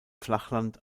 flachland